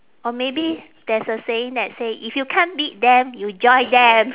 or maybe there's a saying that say if you can't beat them you join them